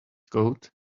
coat